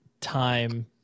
time